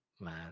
Man